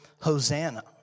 Hosanna